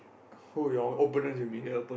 who your opponents you mean